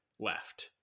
left